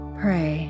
pray